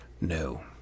No